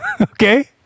Okay